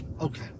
okay